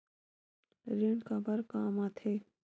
ऋण काबर कम आथे?